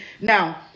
Now